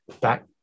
back